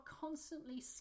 constantly